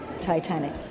Titanic